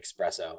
espresso